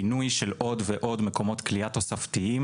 בינוי של עוד ועוד מקומות כליאה תוספתיים